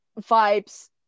Vibes